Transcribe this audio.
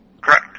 Correct